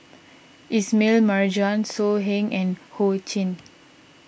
Ismail Marjan So Heng and Ho Ching